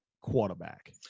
quarterback